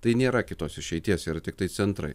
tai nėra kitos išeities yra tiktai centrai